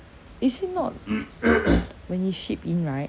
is it not when it's shipped in right